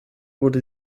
wurde